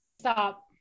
Stop